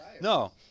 No